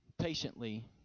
patiently